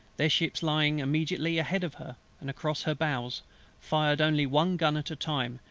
their ships lying immediately ahead of her and across her bows fired only one gun at a time,